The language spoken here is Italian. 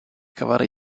cavare